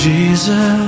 Jesus